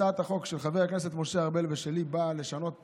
הצעת החוק של חבר הכנסת משה ארבל ושלי באה לשנות פה,